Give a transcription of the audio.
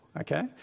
okay